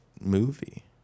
movie